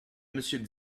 monsieur